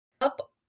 up